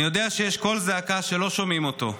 אני יודע שיש קול זעקה שלא שומעים אותו,